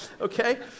okay